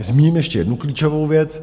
Zmíním ještě jednu klíčovou věc.